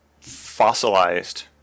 Fossilized